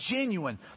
genuine